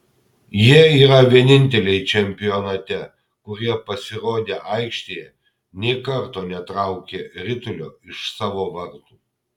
jie yra vieninteliai čempionate kurie pasirodę aikštėje nė karto netraukė ritulio iš savo vartų